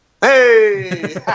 hey